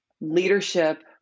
leadership